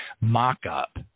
mock-up